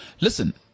Listen